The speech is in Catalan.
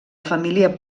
família